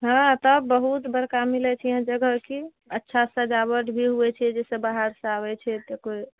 हँ तब बहुत बड़का मिल छै यहाँ जगह की अच्छा सजावट भी होए छै जाहिसँ बाहरसंँ आबए छै एतौ कोइ